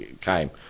came